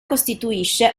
costituisce